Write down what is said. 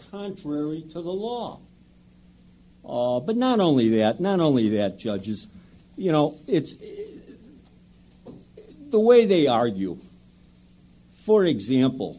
contrary to the law but not only that not only that judges you know it's the way they argue for example